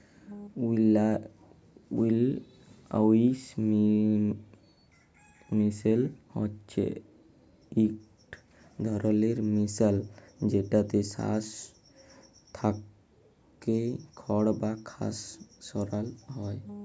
উইলউইং মিশিল হছে ইকট ধরলের মিশিল যেটতে শস্য থ্যাইকে খড় বা খসা সরাল হ্যয়